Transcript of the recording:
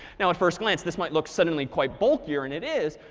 now, at first glance, this might look suddenly quite bold here, and it is.